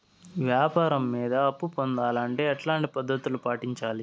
వ్యాపారం మీద అప్పు పొందాలంటే ఎట్లాంటి పద్ధతులు పాటించాలి?